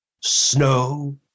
snow